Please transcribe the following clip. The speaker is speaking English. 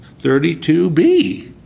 32b